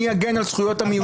מי יגן על זכויות המיעוטים?